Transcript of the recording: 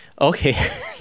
Okay